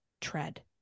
tread